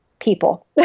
People